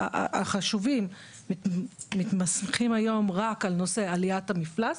החשובים --- היום רק על נושא עליית המפלס,